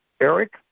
Eric